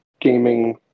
gaming